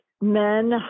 men